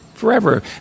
forever